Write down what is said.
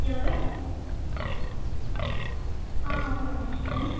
ఎవరు అవునండి చెప్పండి